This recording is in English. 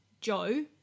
Joe